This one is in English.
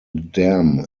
dam